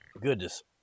Goodness